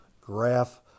graph